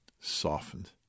softened